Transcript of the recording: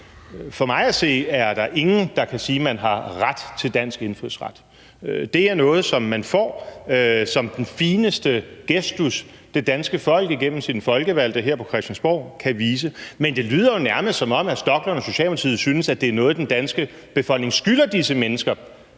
For mig at se er der ingen, der kan sige, at man har ret til dansk indfødsret. Det er noget, som man får som den fineste gestus, det danske folk igennem sine folkevalgte her på Christiansborg kan vise, men det lyder jo nærmest, som om hr. Rasmus Stoklund og Socialdemokratiet synes, at det er noget, den danske befolkning skylder disse mennesker,